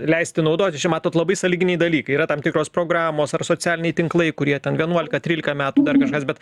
leisti naudotisčia matot labai sąlyginiai dalykai yra tam tikros programos ar socialiniai tinklai kurie ten vienuolika trylika metų dar kažkas bet